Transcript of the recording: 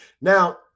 Now